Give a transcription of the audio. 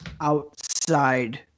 outside